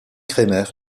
kremer